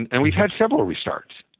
and and we've had several restarts.